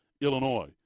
Illinois